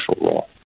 role